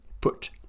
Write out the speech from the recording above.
put